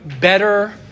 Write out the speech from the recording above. better